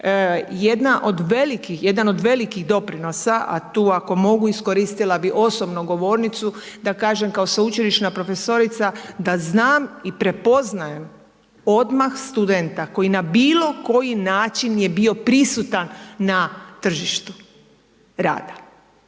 Jedan od velikih doprinosa, a tu ako mogu iskoristila bi osobno govornicu da kažem kao sveučilišna profesorica da znam i prepoznajem studenta koji je na bilo koji način je bio prisutan na tržištu rada